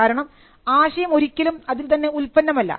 കാരണം ആശയം ഒരിക്കലും അതിൽ തന്നെ ഉൽപന്നം അല്ല